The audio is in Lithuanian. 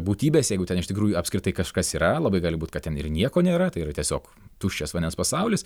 būtybės jeigu ten iš tikrųjų apskritai kažkas yra labai gali būt kad ten ir nieko nėra tai yra tiesiog tuščias vandens pasaulis